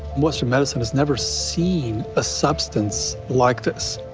western medicine has never seen a substance like this.